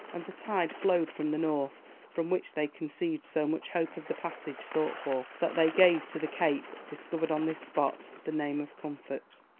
and the tide flowed from the north from which they conceived so much hope of the passage sought for, that they gave to the cape, discovered on this spot, the name of comfort.